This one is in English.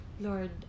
Lord